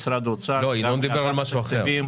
לא, ינון דיבר על משהו אחר.